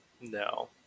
No